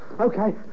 Okay